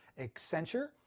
Accenture